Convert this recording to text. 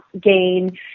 gain